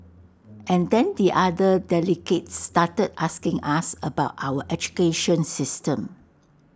and then the other delegates started asking us about our education system